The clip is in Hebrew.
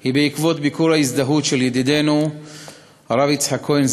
היא בעקבות ביקור ההזדהות של ידידנו הרב יצחק כהן,